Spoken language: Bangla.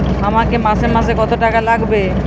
আমাকে মাসে মাসে কত টাকা লাগবে?